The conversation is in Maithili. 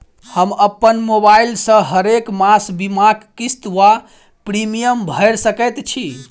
हम अप्पन मोबाइल सँ हरेक मास बीमाक किस्त वा प्रिमियम भैर सकैत छी?